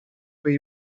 where